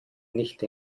nicht